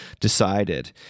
decided